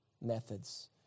methods